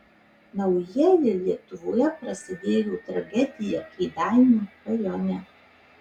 naujieji lietuvoje prasidėjo tragedija kėdainių rajone